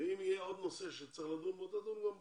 אם יהיה עוד נושא שצריך לדון בו, תדון גם בו.